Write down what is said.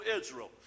Israel